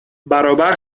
برابر